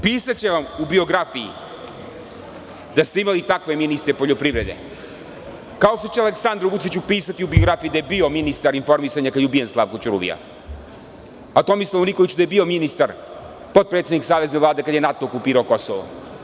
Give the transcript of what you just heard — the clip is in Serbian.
Pisaće vam u biografiji da ste imali takve ministre poljoprivrede kao što će Aleksandru Vučiću u biografiji da je bio ministar informisanja kada je ubijen Slavko Ćuruvija, a Tomislavu Nikoliću da je bio ministar, potpredsednik savezne Vlade kada je NATO okupirao Kosovo.